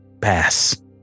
pass